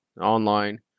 online